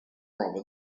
rather